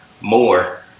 more